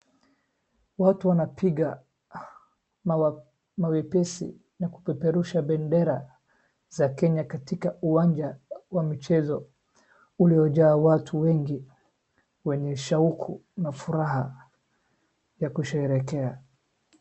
Watu wanapiga mawepesi na kupeperusha bendera za Kenya, katika uwanja wa michezo uliojaa watu wengi wenye shauku na furaha ya kusherehekea.